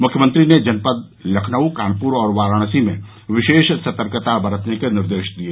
मुख्यमंत्री ने जनपद लखनऊ कानपुर और वाराणसी में विशेष सतर्कता बरतने के निर्देश दिये